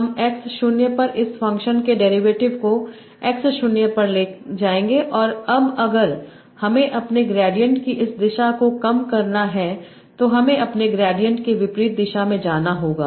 हम x 0 पर इस फ़ंक्शन के डेरिवेटिव को x 0 पर ले जाएंगे और अब अगर हमें अपने ग्रेडिएंट की इस दिशा को कम करना है तो हमें अपने ग्रेडिएंट के विपरीत दिशा में जाना होगा